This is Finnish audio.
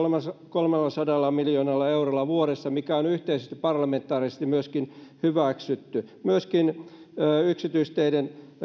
kolmellasadalla miljoonalla eurolla vuodessa mikä on yhteisesti parlamentaarisesti myöskin hyväksytty myöskin yksityisteiden